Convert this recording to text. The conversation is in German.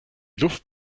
luft